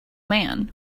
man